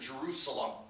Jerusalem